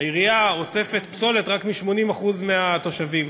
העירייה אוספת פסולת רק מ-80% מהתושבים.